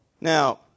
Now